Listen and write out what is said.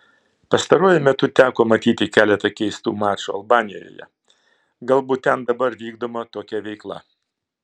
pastaruoju metu teko matyti keletą keistų mačų albanijoje galbūt ten dabar vykdoma tokia veikla